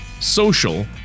social